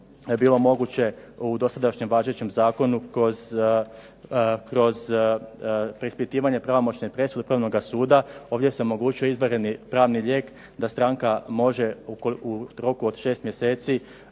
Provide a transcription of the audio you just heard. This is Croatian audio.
bilo moguće, u dosadašnjem važećem zakonu kroz preispitivanje pravomoćne presude Upravnoga suda. Ovdje se omogućuje izvanredni pravni lijek da stranka može u roku od 6 mj.